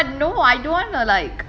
ya but no I don't want to like